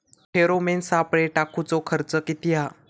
Pheromone सापळे टाकूचो खर्च किती हा?